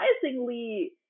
surprisingly